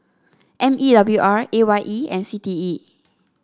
M E W R A Y E and C T E